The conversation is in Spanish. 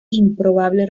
improbable